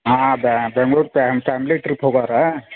ಹಾಂ Bengaluru family trip ಹೋಗೋರಾ